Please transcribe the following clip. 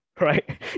right